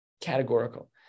Categorical